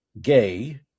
gay